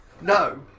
No